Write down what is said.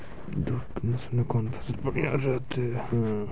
धूप के मौसम मे कौन फसल बढ़िया रहतै हैं?